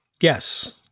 Yes